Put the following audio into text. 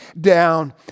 down